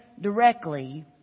directly